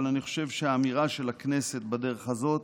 אבל אני חושב שהאמירה של הכנסת בדרך הזאת